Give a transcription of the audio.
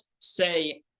say